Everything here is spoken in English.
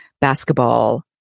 basketball